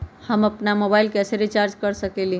हम अपन मोबाइल कैसे रिचार्ज कर सकेली?